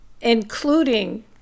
including